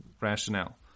rationale